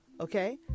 Okay